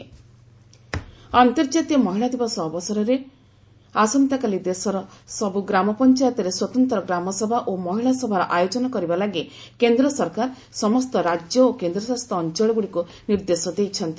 ପଞ୍ଚାୟତିରାଜ women ଅନ୍ତର୍ଜାତୀୟ ମହିଳା ଦିବସ ଅବସରରେ ଆସନ୍ତାକାଲି ଦେଶର ସବୁ ଗ୍ରାମପଞ୍ଚାୟତରେ ସ୍ୱତନ୍ତ୍ର ଗ୍ରାମସଭା ଓ ମହିଳା ସଭାର ଆୟୋଜନ କରିବା ଲାଗି କେନ୍ଦ୍ର ସରକାର ସମସ୍ତ ରାଜ୍ୟ ଓ କେନ୍ଦ୍ରଶାସିତ ଅଞ୍ଚଳଗୁଡ଼ିକୁ ନିର୍ଦ୍ଦେଶ ଦେଇଛନ୍ତି